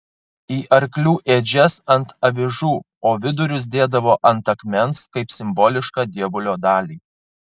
į arklių ėdžias ant avižų o vidurius dėdavo ant akmens kaip simbolišką dievulio dalį